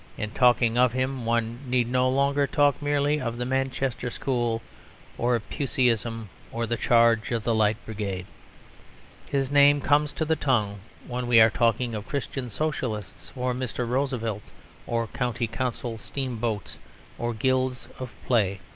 in talking of him one need no longer talk merely of the manchester school or puseyism or the charge of the light brigade his name comes to the tongue when we are talking of christian socialists or mr. roosevelt or county council steam boats or guilds of play.